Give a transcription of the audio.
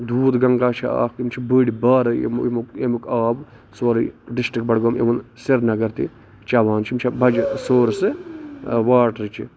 دوٗد گَنگا چھُ اکھ یِم چھِ بٔڑۍ بارٕ یِمو اَمیُک آب سورُے ڈِسٹرک بڈگام اِوٕن سرنگر تہِ چیوان چھُ یِم چھےٚ بَجہِ سورسہٕ واٹرٕچہِ